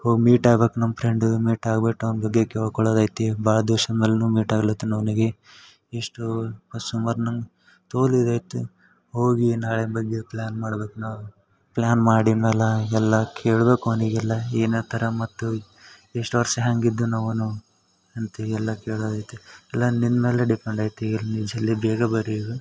ಹೋಗಿ ಮೀಟ್ ಆಗ್ಬೇಕು ನಮ್ಮ ಫ್ರೆಂಡು ಮೀಟ್ ಆಗ್ಬಿಟ್ಟು ಅವ್ನ ಬಗ್ಗೆ ಕೇಳ್ಕೊಳ್ಳೋದು ಐತಿ ಭಾಳ ದಿವ್ಸದ ಮೇಲ್ನು ಮೀಟ್ ಆಗ್ಲತೀನಿ ಅವನಿಗೆ ಇಷ್ಟು ಸುಮಾರು ನಂಗೆ ತೊಲು ಇದಾಯಿತು ಹೋಗಿ ನಾಳೆ ಬಗ್ಗೆ ಪ್ಲ್ಯಾನ್ ಮಾಡ್ಬೇಕು ನಾವು ಪ್ಲ್ಯಾನ್ ಮಾಡಿ ಮೇಲ ಎಲ್ಲ ಕೇಳ್ಬೇಕು ಅವ್ನಿಗೆಲ್ಲ ಏನತರ ಮತ್ತು ಇಷ್ಟು ವರ್ಷ ಹ್ಯಾಂಗೆ ಇದ್ವಿ ನಾವುನು ಅಂತಿ ಎಲ್ಲ ಕೇಳಾದ ಐತಿ ಎಲ್ಲಾ ನಿಮ್ಮ ಮೇಲೆ ಡಿಪೆಂಡ್ ಐತಿ ಎಲ್ಲಿ ನೀವು ಜಲ್ದಿ ಬೇಗ ಬರ್ರಿ